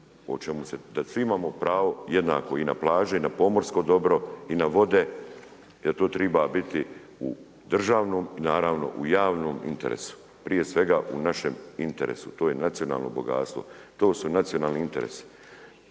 da svi imamo pravo i jednako i na plaži i na pomorsko dobro, i na vode i da tu triba biti u državnoj, naravno u javnom interesu, prije svega u našem interesu, to je nacionalno bogatstvo, to su nacionalni interesi.